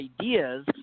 ideas